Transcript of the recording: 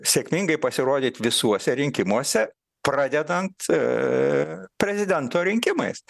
sėkmingai pasirodyt visuose rinkimuose pradedant prezidento rinkimais